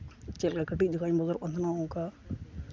ᱪᱮᱫ ᱞᱮᱠᱟ ᱠᱟᱹᱴᱤᱡ ᱡᱚᱠᱷᱚᱡ ᱤᱧ ᱵᱚᱛᱚᱨᱚᱜ ᱠᱟᱱ ᱛᱟᱦᱮᱱᱟ ᱚᱱᱠᱟ